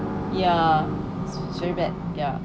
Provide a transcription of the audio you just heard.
ya it's really bad ya